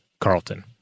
Carlton